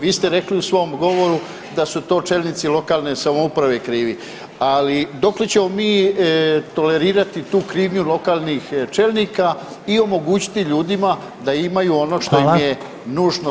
Vi ste rekli u svom govoru da su to čelnici lokalne samouprave krivi ali dokle ćemo mi tolerirati tu krivnju lokalnih čelnika i omogućiti ljudima da imaju ono što ime nužno za život?